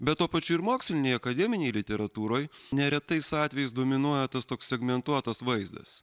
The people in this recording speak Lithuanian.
bet tuo pačiu ir mokslinėj akademinėj literatūroj neretais atvejais dominuoja tas toks segmentuotas vaizdas